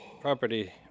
property